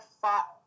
fought